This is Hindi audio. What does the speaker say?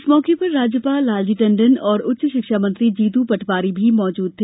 इस मौके पर राज्यपाल लालजी टंडन और उच्च शिक्षा मंत्री जीतू पटवारी भी उपस्थित रहे